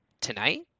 tonight